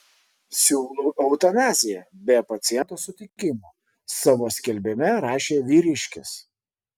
siūlau eutanaziją be paciento sutikimo savo skelbime rašė vyriškis